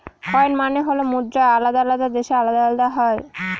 coin মানে হল মুদ্রা আলাদা আলাদা দেশে আলাদা আলাদা হয়